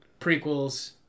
prequels